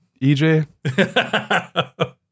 EJ